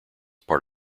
part